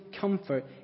comfort